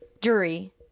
Jury